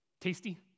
tasty